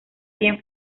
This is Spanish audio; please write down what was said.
bien